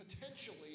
potentially